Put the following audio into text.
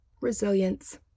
resilience